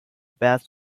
best